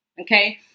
Okay